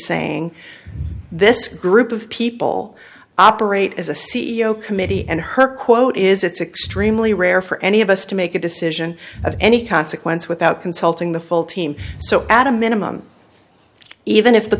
saying this group of people operate as a c e o committee and her quote is it's extremely rare for any of us to make a decision of any consequence without consulting the full team so at a minimum even if the